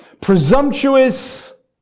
presumptuous